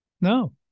No